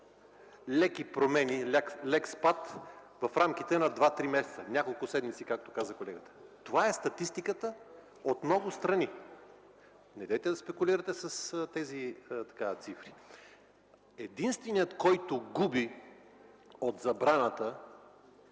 леки промени – лек спад в рамките на два-три месеца, няколко седмици, както каза колегата. Това е статистиката от много страни. Недейте да спекулирате с тези цифри. Единствените, които губят от забраната